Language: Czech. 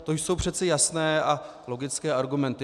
To jsou přece jasné a logické argumenty.